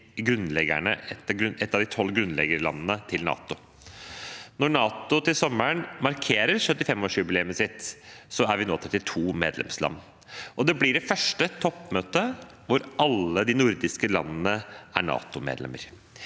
et av de tolv grunnleggerlandene av NATO. Når NATO til sommeren markerer 75-årsjubileet sitt, er det nå 32 medlemsland. Det blir det første toppmøtet hvor alle de nordiske landene er NATO-medlem.